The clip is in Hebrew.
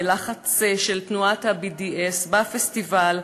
בלחץ של תנועת ה-BDS בפסטיבל,